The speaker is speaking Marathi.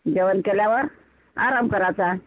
जेवण केल्यावर आराम करायचा